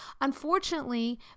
Unfortunately